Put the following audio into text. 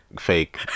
fake